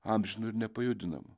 amžinu ir nepajudinamu